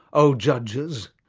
o judges,